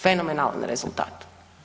Fenomenalan rezultat.